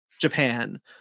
japan